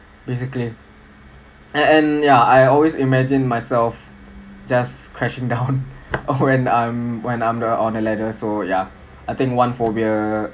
basically and and ya I always imagine myself just crashing down over and um when I'm on a ladder so yeah I think one phobia